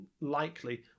likely